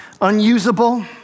Unusable